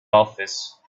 office